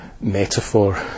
metaphor